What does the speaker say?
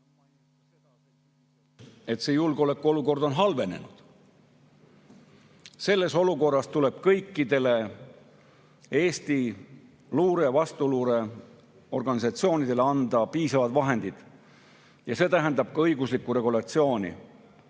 See julgeolekuolukord on halvenenud ja selles olukorras tuleb kõikidele Eesti luure- ja vastuluureorganisatsioonidele anda piisavad vahendid. See tähendab ka õiguslikku regulatsiooni.